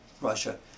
Russia